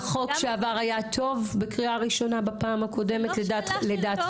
החוק שעבר היה טוב בקריאה ראשונה בפעם הקודמת לדעתכם?